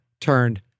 turned